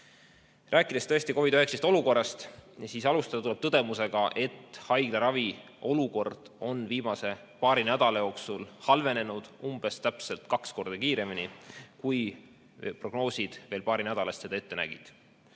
Rääkides COVID‑19 olukorrast, tuleb alustada tõdemusest, et haiglaravi olukord on viimase paari nädala jooksul halvenenud umbes kaks korda kiiremini, kui prognoosid veel paari nädala eest seda ette nägid.